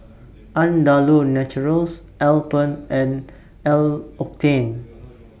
Andalou Naturals Alpen and L'Occitane